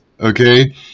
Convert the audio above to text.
okay